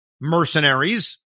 mercenaries